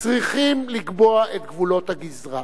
צריכים לקבוע את גבולות הגזרה.